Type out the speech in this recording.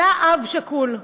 עלה אב שכול,